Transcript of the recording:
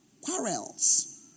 Quarrels